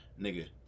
Nigga